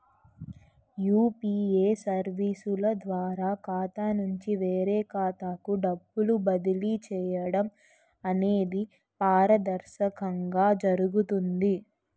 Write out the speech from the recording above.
UPA సర్వీసుల ద్వారా ఖాతా నుంచి వేరే ఖాతాకు డబ్బులు బదిలీ చేయడం అనేది పారదర్శకంగా జరుగుతుంది